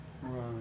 Right